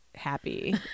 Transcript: happy